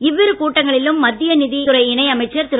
இவ்விரு கூட்டங்களிலும் மத்திய நிதித் துறை இணை அமைச்சர் திரு